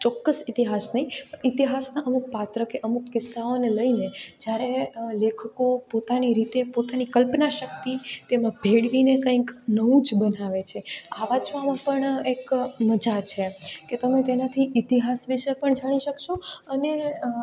ચોક્કસ ઇતિહાસ નહીં ઇતિહાસનાં અમુક પાત્ર કે અમુક કિસ્સાઓને લઇને જ્યારે લેખકો પોતાની રીતે પોતાની કલ્પનાશક્તિ તેમાં ભેળવીને કંઈક નવું જ બનાવે છે આ વાંચવામાં પણ એક મજા છે કે તમે તેનાથી ઇતિહાસ વિષય પણ જાણી શકશો અને